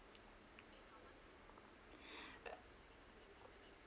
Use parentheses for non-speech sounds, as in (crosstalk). (breath) uh